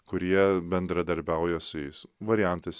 kurie bendradarbiauja su jais variantas